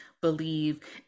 believe